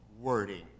wording